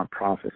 nonprofits